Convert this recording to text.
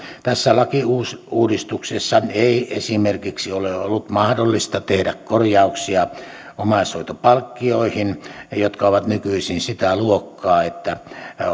tässä lakiuudistuksessa ei esimerkiksi ole ollut mahdollista tehdä korjauksia omaishoitopalkkioihin jotka ovat nykyisin sitä luokkaa että